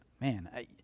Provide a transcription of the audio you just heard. man